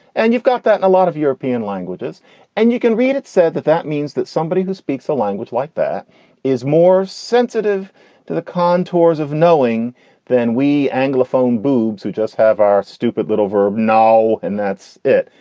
and you've got that in a lot of european languages and you can read it said that that means that somebody who speaks a language like that is more sensitive to the contours of knowing than we anglophone boobs who just have our stupid little verb now. and that's it.